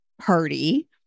party